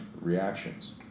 reactions